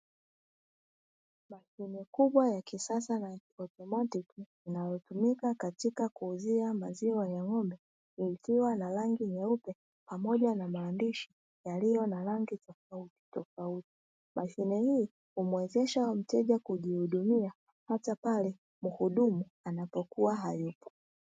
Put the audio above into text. Kifaa cha kisasa na ki-automati cha huonekana katika kioo cha mzunguko wa wazi, kimefunikwa na rangi nyeupe, pamoja na maandishi yaliyo na rangi nyeusi tofauti. Mashine hii humwezesha mteja kujihudumia, hata pale muhudumu anapokuwa hayupo.